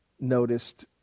noticed